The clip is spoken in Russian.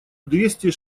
двести